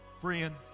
Friend